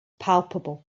palpable